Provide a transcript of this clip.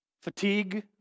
fatigue